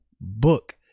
book